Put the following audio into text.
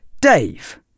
Dave